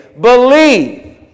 believe